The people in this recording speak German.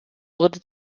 wurde